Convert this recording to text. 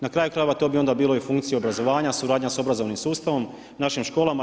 Na kraju krajeva to bi onda bilo i u funkciji obrazovanja, suradnja sa obrazovnim sustavom, našim školama.